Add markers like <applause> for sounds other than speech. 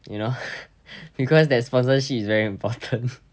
you know <breath> because that sponsorship is very important